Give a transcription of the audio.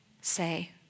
say